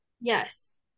Yes